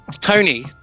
Tony